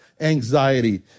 anxiety